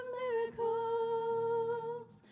miracles